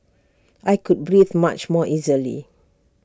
I could breathe much more easily